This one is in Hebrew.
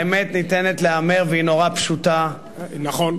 האמת ניתנת להיאמר, והיא נורא פשוטה, נכון.